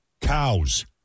cows